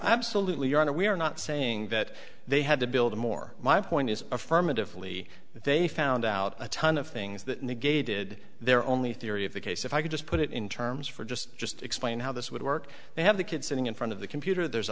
absolutely your honor we are not saying that they had to build a more my point is affirmatively they found out a ton of things that negated their only theory of the case if i could just put it in terms for just just explain how this would work they have the kids sitting in front of the computer there's